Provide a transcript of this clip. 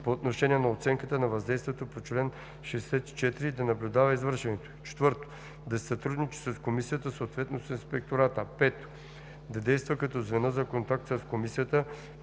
по отношение на оценката на въздействието по чл. 64 и да наблюдава извършването й; 4. да си сътрудничи с комисията, съответно с инспектората; 5. да действа като звено за контакт с комисията,